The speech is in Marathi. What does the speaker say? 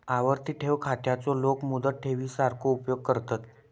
आवर्ती ठेव खात्याचो लोक मुदत ठेवी सारखो उपयोग करतत